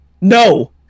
no